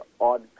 odd